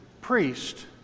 priest